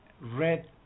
Red